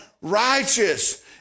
righteous